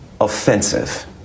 offensive